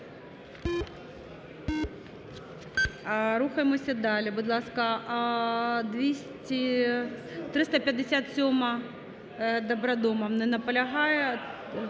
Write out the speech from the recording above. Рухаємося далі, будь ласка. 357-а, Добродомов. Не наполягає.